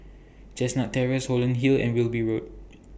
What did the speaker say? Chestnut Terrace Holland Hill and Wilby Road